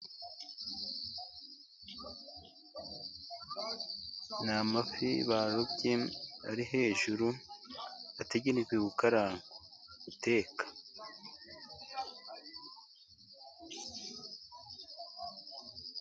Ni amafi barobye ari hejuru, ategereje gukarangwa, gutekwa.